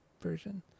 version